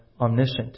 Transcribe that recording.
omniscient